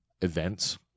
events